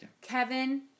Kevin